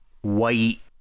white